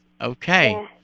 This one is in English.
Okay